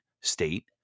state